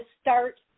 start